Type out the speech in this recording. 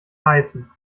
heißen